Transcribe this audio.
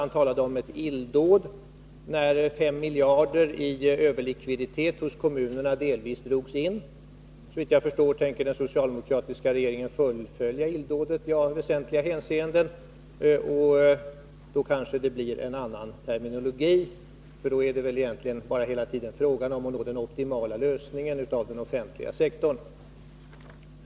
Han talade om ett illdåd när 5 miljarder i överlikviditet hos kommunerna delvis drogs in. Såvitt jag förstår tänker den socialdemokratiska regeringen fullfölja illdådet i alla väsentliga hänseenden, och då kanske det blir en annan terminologi, för då är det väl egentligen bara frågan om att nå den optimala lösningen av den offentliga sektorn.